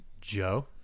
Joe